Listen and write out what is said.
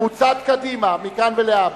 קבוצת קדימה מכאן ולהבא,